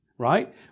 Right